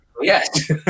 yes